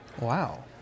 Wow